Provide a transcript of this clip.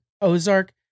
Ozark